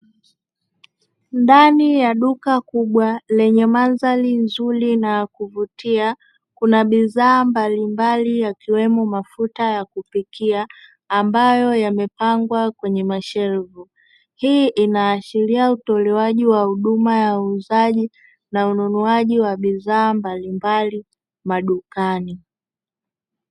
Ndani ya duka kubwa lenye mandhari nzuri na ya kuvutia kuna bidhaa mbalimbali yakiwemo mafuta ya kupikia ambayo yamepangwa kwenye mashelfu, hii inaashiria utolewaji wa huduma ya uuzaji na ununuaji wa bidhaa mbalimbali madukani.